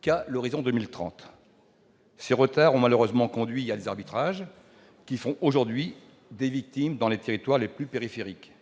qu'à l'horizon de 2030. Ces retards ont malheureusement conduit à des arbitrages, qui font aujourd'hui des victimes dans les territoires les plus périphériques.